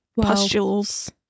pustules